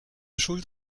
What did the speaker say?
schuld